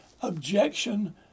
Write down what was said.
objection